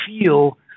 feel